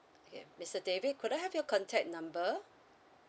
K mister david could I have your contact number